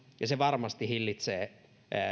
ja se varmasti hillitsee